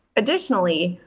additionally,